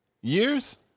years